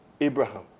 Abraham